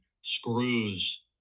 screws